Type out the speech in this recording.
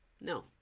No